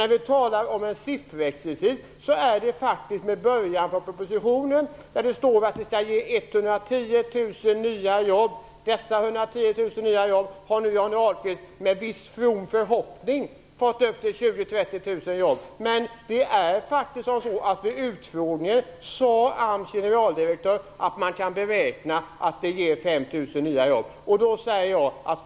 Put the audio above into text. När vi talar om en sifferexercis är det faktiskt med början från propositionen, där det står att RAS skall ge 110 000 nya jobb. Dessa 110 000 nya jobb har nu Johnny Ahlqvist med viss from förhoppning fått upp till 20 000-30 000 jobb. Vid utfrågningen sade AMS:s generaldirektör att man kan beräkna att det ger 5 000 nya jobb.